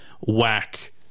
whack